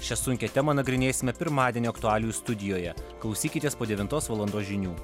šią sunkią temą nagrinėsime pirmadienio aktualijų studijoje klausykitės po devintos valandos žinių